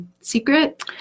secret